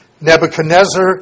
Nebuchadnezzar